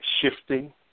shifting